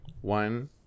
One